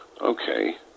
Okay